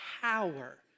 power